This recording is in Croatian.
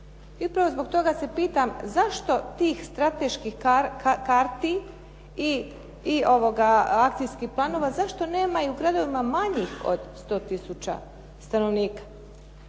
I upravo zbog toga se pitam zašto tih strateških karti i akcijskih planova, zašto nema i u gradovima manjih od 100 tisuća stanovnika?